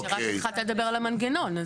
כשרק התחלת לדבר על המנגנון.